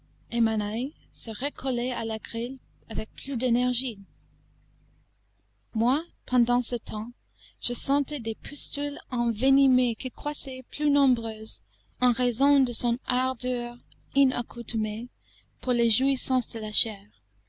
et mon oeil se recollait à la grille avec plus d'énergie moi pendant ce temps je sentais des pustules envenimées qui croissaient plus nombreuses en raison de son ardeur inaccoutumée pour les jouissances de la chair